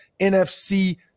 NFC